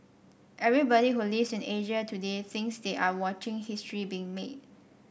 everybody who lives in Asia today thinks they are watching history being made